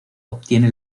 obtiene